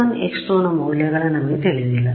X1 x2 ನ ಮೌಲ್ಯ ನಮಗೆ ತಿಳಿದಿಲ್ಲ